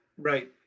Right